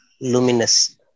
luminous